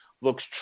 looks